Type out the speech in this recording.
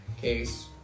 case